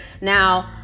now